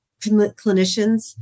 clinicians